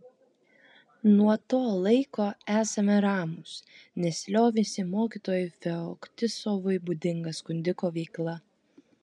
nuo to laiko esame ramūs nes liovėsi mokytojui feoktistovui būdinga skundiko veikla